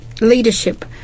leadership